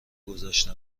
گذاشته